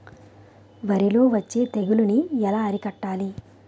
వరిలో వచ్చే తెగులని ఏలా అరికట్టాలి?